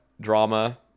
drama